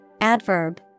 adverb